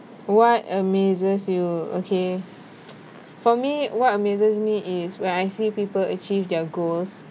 what amazes you okay for me what amazes me is when I see people achieve their goals